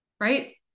Right